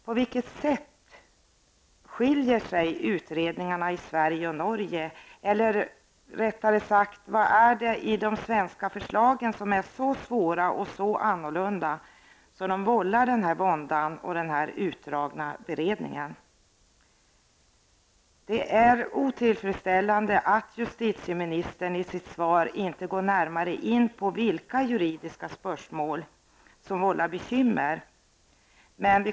På vilket sätt skiljer sig utredningarna i Sverige och Norge, eller rättare sagt, vad är det i de svenska förslagen som är så svårt och annorlunda att det vållar denna vånda och leder till en utdragen beredning? Det är otillfredsställande att justitieministern i sitt svar inte går närmare in på vilka juridiska spörsmål som vållar bekymmer.